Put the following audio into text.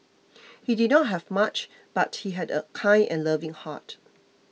he did not have much but he had a kind and loving heart